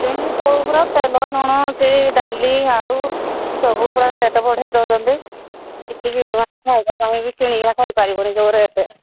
ଜିନିଷ ଉପରେ ତେଲ ଲୁଣ ସେଇ ଡାଲି ଆଳୁ ସବୁ ପରା ରେଟ୍ ବଢ଼େଇ ଦେଉଛନ୍ତି କିଛି କିଣିବା ପାଇଁ ବି ଖାଇବା ପାଇଁ ପାଇବନି ଯେଉଁ ରେଟ୍